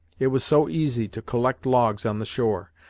it was so easy to collect logs on the shore,